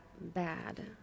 bad